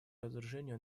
разоружению